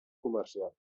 comercial